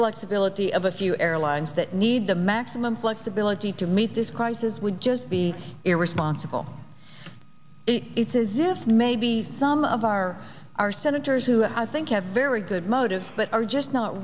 flexibility of a few airlines that need the maximum flexibility to meet this crisis would just be irresponsible it's as if maybe some of our our senators who i think have very good motives but are just not